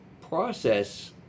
process